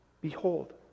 Behold